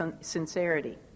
sincerity